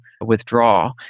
withdraw